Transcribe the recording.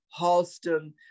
Halston